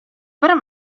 per